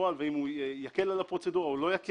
בפועל ואם הוא יקל על הפרוצדורה או לא יקל.